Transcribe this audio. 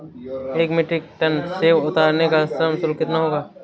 एक metric ton सेव उतारने का श्रम शुल्क कितना होगा?